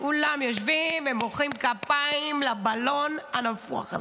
כולם יושבים, מוחאים כפיים לבלון הנפוח הזה.